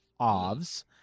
OVS